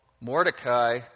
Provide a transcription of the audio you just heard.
Mordecai